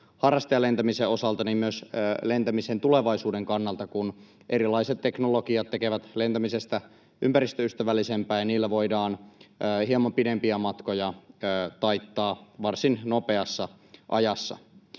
harrastajalentämisen osalta myös lentämisen tulevaisuuden kannalta, kun erilaiset teknologiat tekevät lentämisestä ympäristöystävällisempää ja niillä voidaan hieman pidempiä matkoja taittaa varsin nopeassa ajassa.